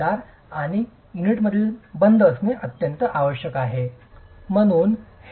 mortar आणि युनिटमधील बंध असणे आवश्यक आहे